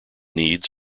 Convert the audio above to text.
needs